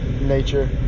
nature